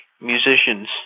musicians